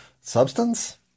substance